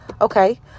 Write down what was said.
Okay